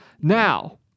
Now